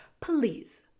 Please